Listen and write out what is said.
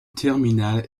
terminal